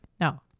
No